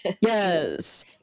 yes